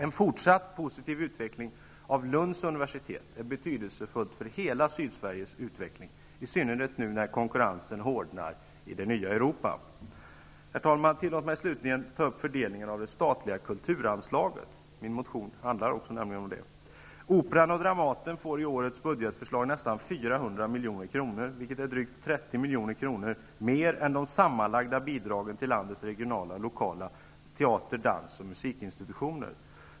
En fortsatt positiv utveckling av Lunds universitet är betydelsefullt för hela Sydsveriges utveckling, i synnerhet nu när konkurrensen hårdnar i det nya Europa. Herr talman! Tillåt mig slutligen ta upp fördelningen av det statliga kulturanslaget. Min motion handlar nämligen om det också. Operan och Dramaten får i årets budgetförslag nästan 400 milj.kr. vilket är drygt 30 milj.kr. mer än de sammanlagda bidragen till landets regionala och lokala teater-, dans och musikinstitutioner.